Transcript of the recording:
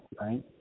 right